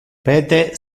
peter